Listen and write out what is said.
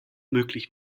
möglich